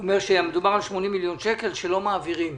הוא אומר שמדובר על 80 מיליון שלא מעבירים.